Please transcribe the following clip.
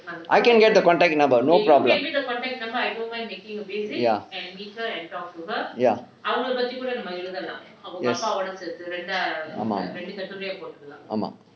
I can get the contact number no problem ya ya yes ஆமாம் ஆமாம்:aamaam aamaam